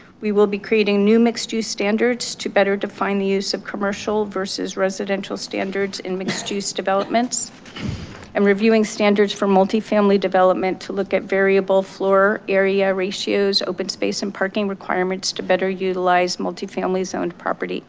we will be creating new mixed use standards to better define the use of commercial versus residential standards in mixed use developments and reviewing standards for multifamily development to look at variable floor area ratios, open space and parking requirements to better utilize multifamily zoned property